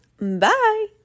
Bye